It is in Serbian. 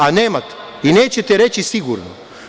A, nemate i nećete reći sigurno.